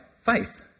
faith